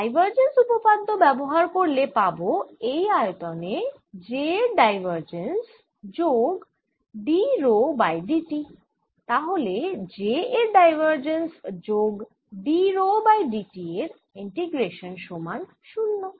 divergence উপপাদ্য ব্যাবহার করলে পাবো এই আয়তনে j এর ডাইভারজেন্স যোগ d rho by d t তাহলে j এর ডাইভারজেন্স যোগ d rho by d t এর ইন্টিগ্রেশান সমান শুন্য